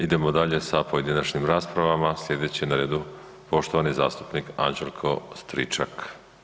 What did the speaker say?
Idemo dalje sa pojedinačnim raspravama sljedeći na redu poštovani zastupnik Anđelko Stričak.